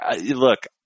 Look